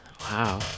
Wow